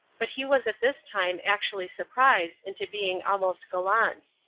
but he was at this time actually surprised into being almost gallant.